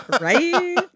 right